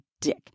dick